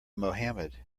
mohamed